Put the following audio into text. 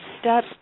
step